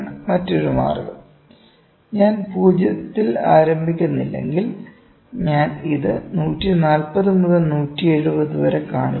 മറ്റൊരു മാർഗം ഞാൻ 0 ൽ ആരംഭിക്കുന്നില്ലെങ്കിൽ ഞാൻ ഇത് 140 മുതൽ 170 വരെ കാണിക്കുന്നു